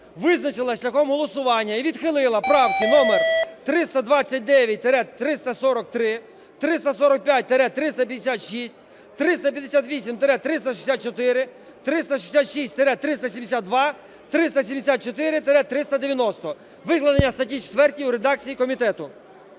визначилася шляхом голосування і відхилила правки номер: 329-343, 345-356, 358-364, 366-372, 374-390, викладеній у статті 4 у редакції комітету.